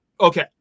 Okay